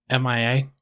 MIA